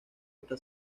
hasta